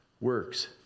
works